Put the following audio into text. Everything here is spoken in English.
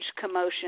commotion